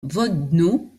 vodno